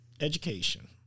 education